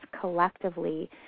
collectively